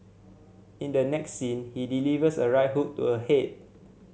in the next scene he delivers a right hook to her head